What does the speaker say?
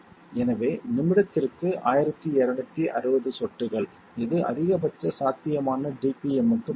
எனவே நிமிடத்திற்கு 1260 சொட்டுகள் இது அதிகபட்ச சாத்தியமான dpmக்கு பதில்